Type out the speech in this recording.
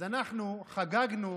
אז אנחנו "חגגנו"